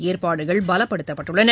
ஏற்பாடுகள் பலப்படுத்தப்பட்டுள்ளன